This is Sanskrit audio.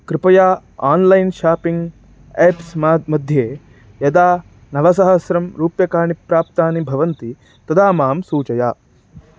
कृपया आन्लैन् शापिङ्ग् एप्स् माद् मध्ये यदा नवसहस्रं रूप्यकाणि प्राप्तानि भवन्ति तदा मां सूचय